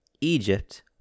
Egypt